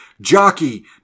Jockey